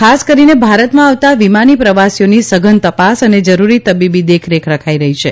ખાસ કરીને ભારતમાં આવતાં વિમાની પ્રવાસીઓની સઘન તપાસ અને જરૂરી તબીબી દેખરેખ રખાઇ રહી છે